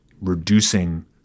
reducing